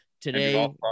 today